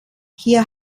hier